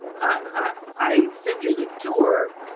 i send you the tour,